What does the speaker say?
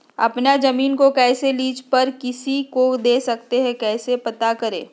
अपना जमीन को कैसे लीज पर किसी को दे सकते है कैसे पता करें?